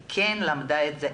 היא כן למדה את זה,